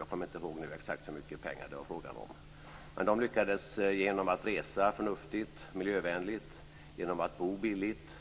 Jag kommer inte ihåg nu exakt hur mycket pengar det var frågan om, men de lyckades genom att resa förnuftigt och miljövänligt och genom att bo billigt